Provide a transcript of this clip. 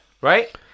Right